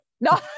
no